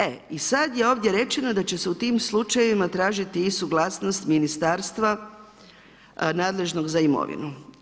E sada je ovdje rečeno da će se u tim slučajevima tražiti i suglasnost ministarstva nadležnog za imovinu.